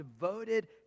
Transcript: devoted